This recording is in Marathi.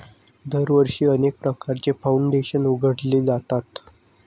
दरवर्षी अनेक प्रकारचे फाउंडेशन उघडले जातात